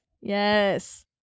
Yes